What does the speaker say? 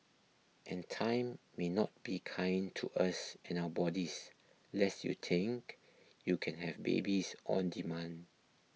and time may not be kind to us and our bodies lest you think you can have babies on demand